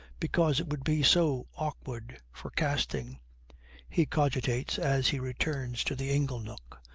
because it would be so awkward for casting he cogitates as he returns to the ingle-nook.